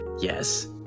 Yes